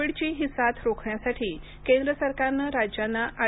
कोविडची ही साथ रोखण्यासाठी केंद्र सरकारनं राज्यांना आर